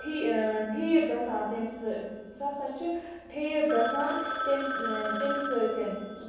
ٹھی ٹھیٖک گَژھان تَمہِ سٍتۍ سُہ ہَسا چھُ ٹھیٖک گَژھان تَمہِ تَمہِ سۭتٮ۪ن